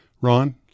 Ron